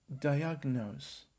Diagnose